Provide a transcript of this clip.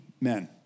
men